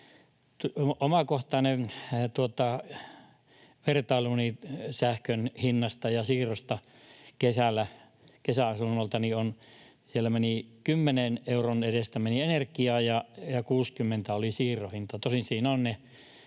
Omakohtainen vertailuni sähkön hinnasta ja siirrosta kesällä kesäasunnoltani on, että siellä meni 10 euron edestä energiaa ja 60 euroa oli siirron hinta.